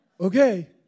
Okay